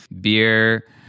beer